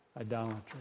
idolatry